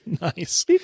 Nice